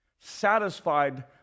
satisfied